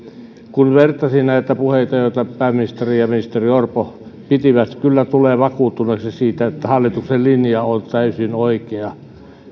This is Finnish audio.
kun vertasi näihin puheisiin joita pääministeri ja ministeri orpo pitivät kyllä tulee vakuuttuneeksi siitä että hallituksen linja on täysin oikea